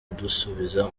kudusubiza